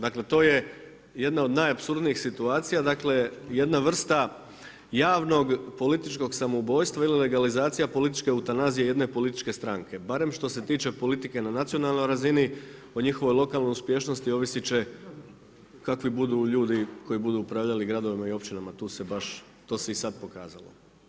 Dakle to je jedna od najapsurdnijih situacija, dakle jedna vrsta javnog, političkog samoubojstva ili legalizacija političke eutanazije jedne političke stranke, barem što se tiče politike na nacionalnoj razini, o njihovoj uspješnosti ovisit će kaki budu ljudi koji budu upravljali gradovima ili općinama, to se i sad pokazalo.